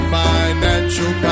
financial